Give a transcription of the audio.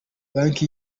banki